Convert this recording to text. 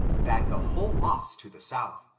that the whole loss to the south,